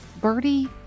Birdie